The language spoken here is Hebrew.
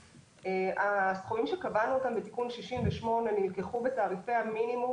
הסכומים שקבענו בתיקון 68 נלקחו בתעריפי המינימום